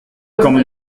como